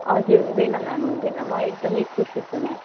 हजुर हुँदैन म्याम हुँदैन म एकदमै खुसी छु म्याम